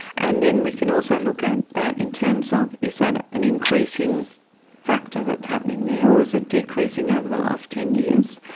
and then we can also look at that in terms of is that and an increasing factor that's happening there or is it decreasing over the last ten years?